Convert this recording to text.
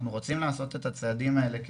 אנחנו רוצים לעשות את הצעדים האלה,